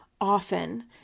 often